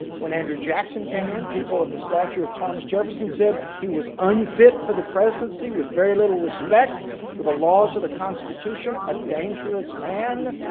when andrew jackson came in people at the statue of thomas jefferson said he was unfit for presidency with very little respect for the laws of the constitution, a dangerous man.